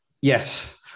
yes